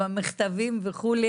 במכתבים וכו'.